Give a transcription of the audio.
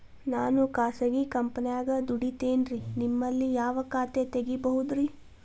ನಾನು ಖಾಸಗಿ ಕಂಪನ್ಯಾಗ ದುಡಿತೇನ್ರಿ, ನಿಮ್ಮಲ್ಲಿ ಯಾವ ಖಾತೆ ತೆಗಿಬಹುದ್ರಿ?